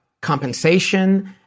compensation